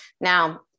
Now